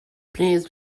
please